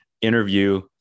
interview